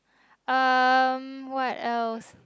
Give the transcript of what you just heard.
um what else